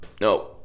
No